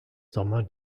sommer